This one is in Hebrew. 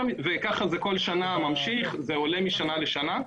ככה זה ממשיך ועולה משנה לשנה.